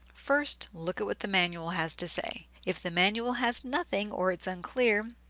first, look at what the manual has to say. if the manual has nothing or it's unclear,